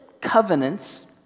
covenants